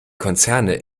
konzerne